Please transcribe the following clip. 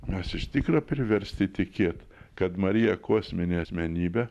mes iš tikro priversti tikėt kad marija kosminė asmenybė